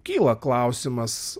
kyla klausimas